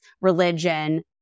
religion